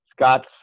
Scott's